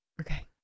Okay